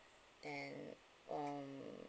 then um